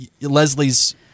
Leslie's